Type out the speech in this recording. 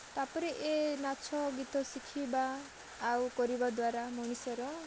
ତା'ପରେ ଏ ନାଚ ଗୀତ ଶିଖିବା ଆଉ କରିବା ଦ୍ଵାରା ମଣିଷର